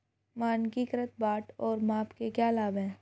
मानकीकृत बाट और माप के क्या लाभ हैं?